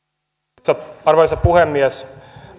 arvoisa arvoisa puhemies